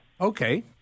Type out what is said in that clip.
Okay